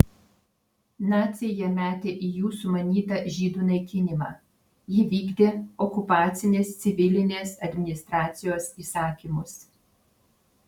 naciai ją metė į jų sumanytą žydų naikinimą ji vykdė okupacinės civilinės administracijos įsakymus